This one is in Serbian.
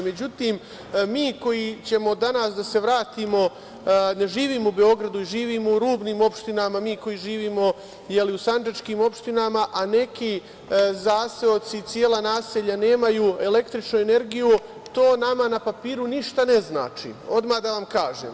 Međutim, mi koji ne živimo u Beogradu, živimo u rubnim opštinama, mi koji ćemo da se vratimo, koji živimo u sandžačkim opštinama, a neki zaseoci i cela naselja nemaju električnu energiju, to nama na papiru ništa ne znači, odmah da vam kažem.